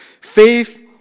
Faith